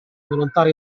volontari